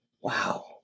Wow